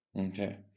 Okay